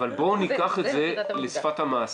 אבל בואו ניקח את זה לשפת המעשה.